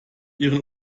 ihren